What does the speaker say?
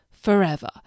forever